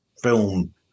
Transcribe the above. Film